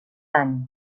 any